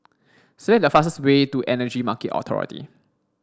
select the fastest way to Energy Market Authority